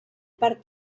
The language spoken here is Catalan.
part